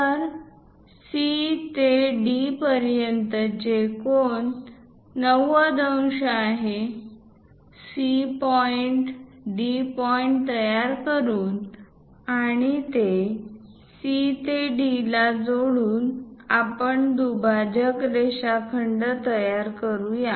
तर C ते D पर्यंतचे कोन 90 अंश आहे C पॉईंट D पॉईंट तयार करून आणि C ते D ला जोडून आपण दुभाजक रेषाखंड तयार करू या